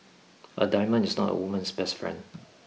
a diamond is not a woman's best friend